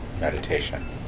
meditation